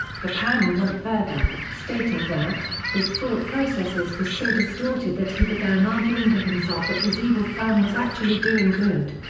the panel went further, stating that, his thought processes were so distorted that he began arguing to himself that his evil plan was actually doing good.